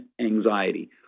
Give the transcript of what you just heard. anxiety